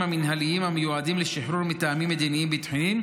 המינהליים המיועדים לשחרור מטעמים מדיניים-ביטחוניים,